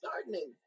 gardening